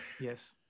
yes